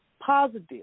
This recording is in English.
positive